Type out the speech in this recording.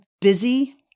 busy